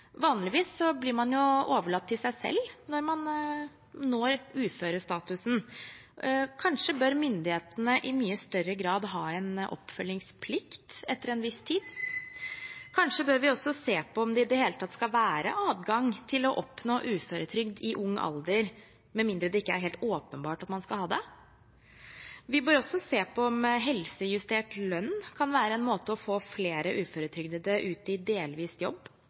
blir man overlatt til seg selv når man når uførestatusen. Kanskje bør myndighetene i mye større grad ha en oppfølgingsplikt etter en viss tid? Kanskje bør vi også se på om det i det hele tatt skal være adgang til å oppnå uføretrygd i ung alder, med mindre det ikke er helt åpenbart at man skal ha det? Vi bør også se på om helsejustert lønn kan være en måte å få flere uføretrygdede ut i delvis jobb.